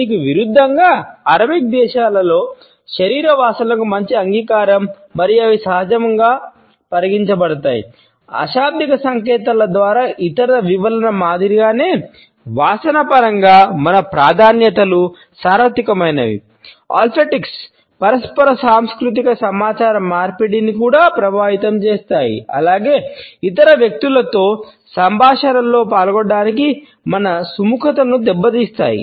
దీనికి విరుద్ధంగా అరబిక్ పరస్పర సాంస్కృతిక సమాచార మార్పిడిని కూడా ప్రభావితం చేస్తాయి అలాగే ఇతర వ్యక్తులతో సంభాషణలో పాల్గొనడానికి మన సుముఖతను దెబ్బతీస్తాయి